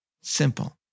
simple